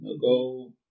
go